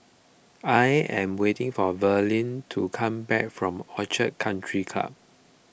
I am waiting for Verlin to come back from Orchid Country Club